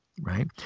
right